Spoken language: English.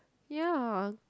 ya